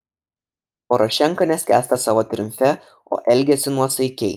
porošenka neskęsta savo triumfe o elgiasi nuosaikiai